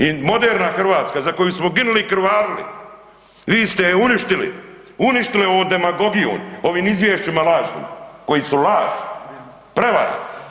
I moderna Hrvatska, za koju smo ginuli i krvarili, vi ste je uništili, uništili ovom demagogijom, ovim izvješćima lažnim, koji su laž, prevara.